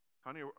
Honey